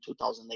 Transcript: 2008